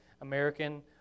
American